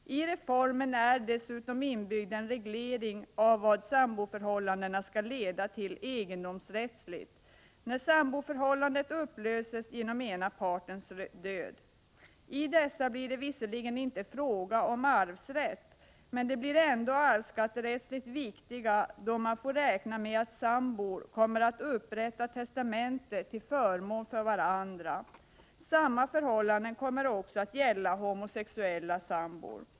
I reformen är dessutom inbyggd en reglering av vad samboförhållande skall leda till egendomsrättsligt när samboförhållandet upplöses genom ena partens död. I dessa fall blir det visserligen inte fråga om arvsrätt, men de blir ändå arvsskatterättsligt viktiga, då man får räkna med att sambor kommer att upprätta testamenten till förmån för varandra. Samma förhållanden kommer också att gälla homosexuella sambor.